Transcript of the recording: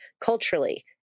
culturally